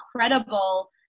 incredible